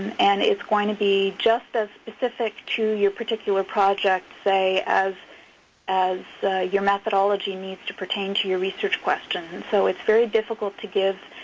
and it's going to be just as specific to your particular project, say, as as your methodology needs to pertain to your research questions. so it's very difficult to give